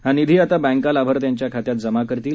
हा निधी आता बँका लाभार्थ्यांच्या खात्यात जमा करतील